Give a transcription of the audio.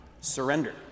Surrender